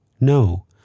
No